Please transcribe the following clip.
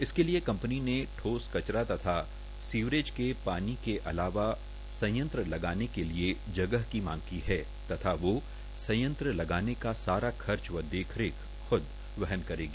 इसके लए कंपनी ने ठोस कचरा तथा सीवरेज के पानी के के अलावा संयं लगाने के लए जगह क मांग क है तथा वो संयं लगाने का सारा खच व देख रेख खुद वहन करेगी